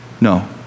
No